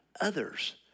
others